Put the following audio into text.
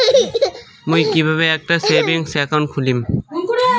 মুই কিভাবে একটা সেভিংস অ্যাকাউন্ট খুলিম?